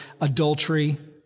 adultery